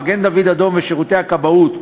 מגן-דוד-אדום ושירותי הכבאות,